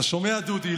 אתה שומע, דודי?